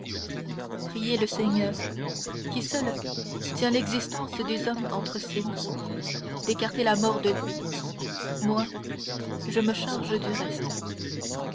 priez le seigneur qui seul tient l'existence des hommes entre ses mains d'écarter la mort de lui moi je me charge du reste